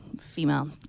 female